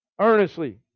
earnestly